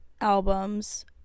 albums